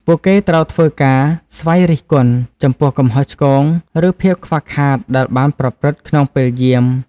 ពួកគេត្រូវធ្វើការ «ស្វ័យរិះគន់» ចំពោះកំហុសឆ្គង ឬភាពខ្វះខាតដែលបានប្រព្រឹត្តក្នុងពេលយាម។